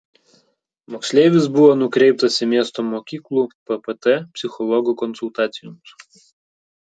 moksleivis buvo nukreiptas į miesto mokyklų ppt psichologo konsultacijoms